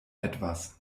etwas